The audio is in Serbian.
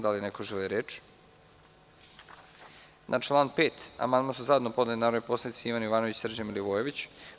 Da li neko želi reč? (Ne.) Na član 5. amandman su zajedno podneli narodni poslanici Ivan Jovanović i Srđan Milivojević.